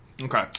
Okay